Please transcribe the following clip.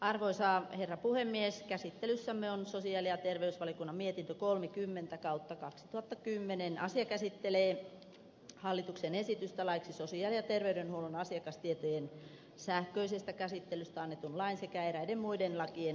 arvoisa herra puhemieskäsittelyssämme on sotien ja terveysvaliokunnan mietintö kolmekymmentä kautta asia käsittelee hallituksen esitystä laiksi sosiaali ja terveydenhuollon asiakastietojen sähköisestä käsittelystä annetun lain sekä eräiden muiden lakien muuttamisesta